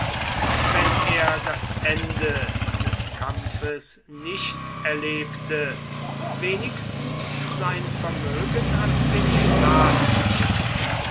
wenn er das ende des kampfes nicht erlebte wenigstens sein vermögen an den staat fiel